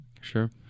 Sure